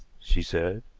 she said.